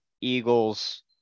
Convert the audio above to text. Eagles